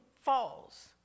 falls